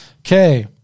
Okay